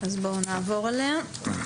אז בואו נעבור אליה.